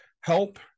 help